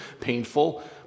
painful